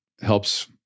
helps